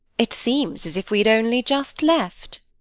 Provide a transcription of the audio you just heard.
it seems as if we had only just left.